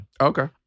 okay